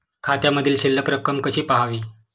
खात्यामधील शिल्लक रक्कम कशी पहावी?